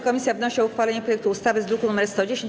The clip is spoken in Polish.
Komisja wnosi o uchwalenie projektu ustawy z druku nr 110.